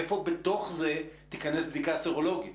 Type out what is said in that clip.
איפה בתוך זה תיכנס בדיקה סרולוגית?